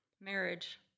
Marriage